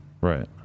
Right